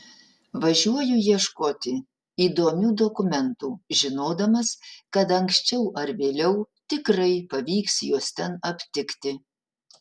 važiuoju ieškoti įdomių dokumentų žinodamas kad anksčiau ar vėliau tikrai pavyks juos ten aptikti